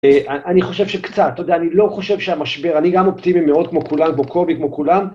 אני חושב שקצת, אתה יודע, אני לא חושב שהמשבר, אני גם אופטימי מאוד כמו כולם, כמו קובי כמו כולם.